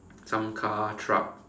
some car truck